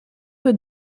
peu